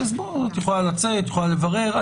את יכולה לצאת, את יכולה לברר.